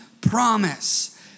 promise